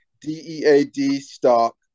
D-E-A-D-stock